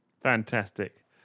Fantastic